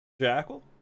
Jackal